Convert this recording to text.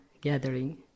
gathering